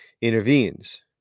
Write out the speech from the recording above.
intervenes